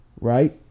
right